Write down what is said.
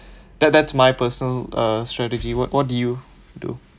that that's my personal uh strategy what what do you do